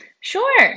Sure